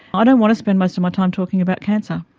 ah don't want to spend most of my time talking about cancer.